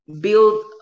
build